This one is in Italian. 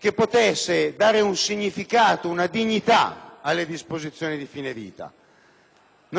che potesse dare un significato e una dignità alle disposizioni di fine vita. Non abbiamo avuto il coraggio di farlo. Ancora meglio, non tanto